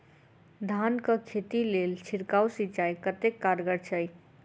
धान कऽ खेती लेल छिड़काव सिंचाई कतेक कारगर छै?